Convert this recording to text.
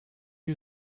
you